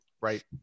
Right